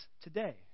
today